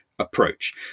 Approach